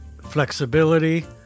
flexibility